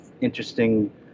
interesting